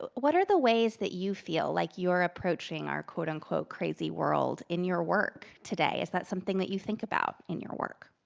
ah what are the ways that you feel like you are approaching our and crazy world in your work today? is that something that you think about in your work?